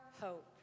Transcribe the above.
hope